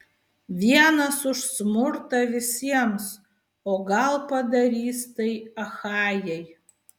vienas už smurtą visiems o gal padarys tai achajai